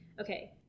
Okay